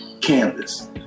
canvas